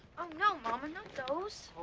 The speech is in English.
oh, no, mama, not those.